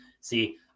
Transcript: See